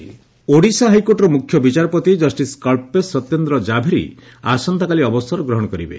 ଅବସର ଗ୍ରହଣ ଓଡିଶା ହାଇକୋର୍ଟର ମୁଖ୍ୟ ବିଚାରପତି କଷ୍ଟିସ କବ୍ବେସ ସତ୍ୟେନ୍ଦ୍ର ଜାଭେରୀ ଆସନ୍ତାକାଲି ଅବସର ଗ୍ରହଣ କରିବେ